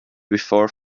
before